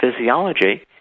physiology